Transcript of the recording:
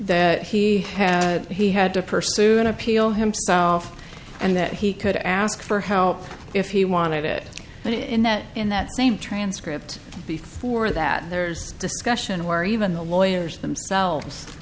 that he he had to pursue an appeal himself and that he could ask for help if he wanted it and in that in that same transcript before that there's discussion where even the lawyers themselves